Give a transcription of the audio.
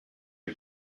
les